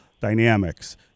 dynamics